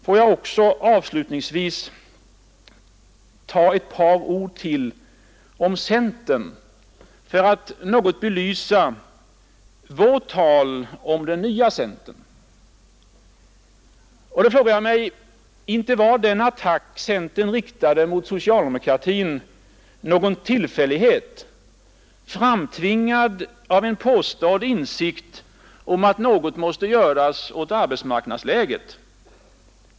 Får jag avslutningsvis säga några ord till om centern för att belysa vårt tal om den nya centern. Då frågar jag mig: Inte var den attack centern riktade mot socialdemokratin någon tillfällighet, framtvingad av en påstådd insikt om att något måste göras åt arbetsmarknadsläget?